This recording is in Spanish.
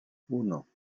uno